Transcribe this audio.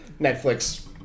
Netflix